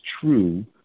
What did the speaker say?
true